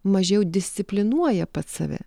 mažiau disciplinuoja pats save